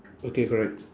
okay correct